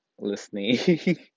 listening